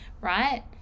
right